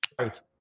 Right